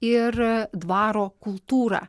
ir dvaro kultūrą